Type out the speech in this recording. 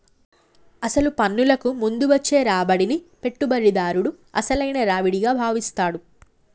అసలు పన్నులకు ముందు వచ్చే రాబడిని పెట్టుబడిదారుడు అసలైన రావిడిగా భావిస్తాడు